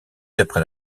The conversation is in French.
d’après